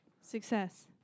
Success